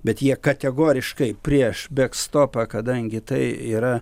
bet jie kategoriškai prieš bekstopą kadangi tai yra